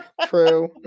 True